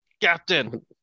Captain